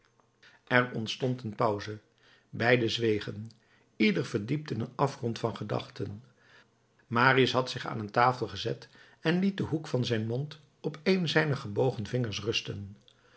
er ontstond een pauze beiden zwegen ieder verdiept in een afgrond van gedachten marius had zich aan een tafel gezet en liet den hoek van zijn mond op een zijner gebogen vingers rusten